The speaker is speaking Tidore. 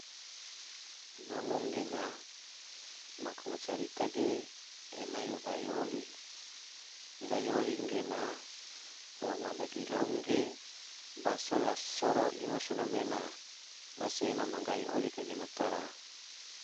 Namo gena, maku macarita se ena yo gahi oli, gahi oli gena la ma dagilom ge baso la soro ino solom ena rasi ena ma gahi oli kagena tora.